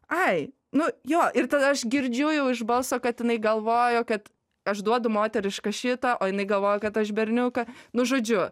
ai nu jo ir tada aš girdžiu jau iš balso kad jinai galvojo kad aš duodu moterišką šitą o jinai galvoja kad aš berniuka nu žodžiu